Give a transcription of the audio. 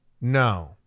No